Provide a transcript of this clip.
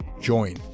join